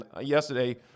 yesterday